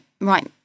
right